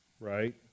right